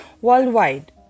worldwide